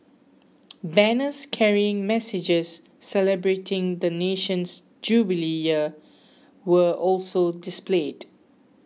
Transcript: banners carrying messages celebrating the nation's jubilee year were also displayed